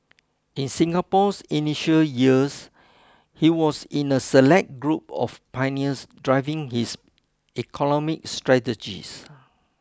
in Singapore's initial years he was in a select group of pioneers driving his economic strategies